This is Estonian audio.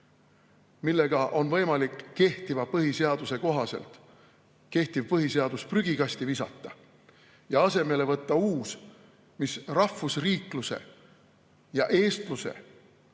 millega oleks võimalik kehtiva põhiseaduse kohaselt kehtiv põhiseadus prügikasti visata ja asemele võtta uus, mis rahvusriikluse ja eestluse ka